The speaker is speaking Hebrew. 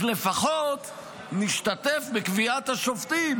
אז לפחות נשתתף בקביעת השופטים,